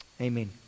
Amen